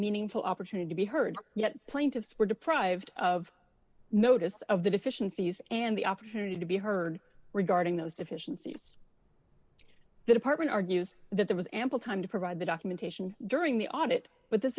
meaningful opportunity to be heard yet plaintiffs were deprived of notice of the deficiencies and the opportunity to be heard regarding those deficiencies department argues that there was ample time to provide the documentation during the audit but this